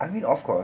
I mean of course